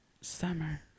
Summer